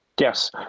Yes